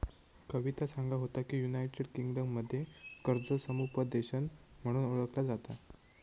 कविता सांगा होता की, युनायटेड किंगडममध्ये कर्ज समुपदेशन म्हणून ओळखला जाता